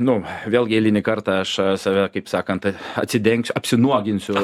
nu vėlgi eilinį kartą aš save kaip sakant atsidengsiu apsinuoginsiu